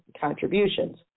contributions